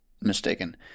mistaken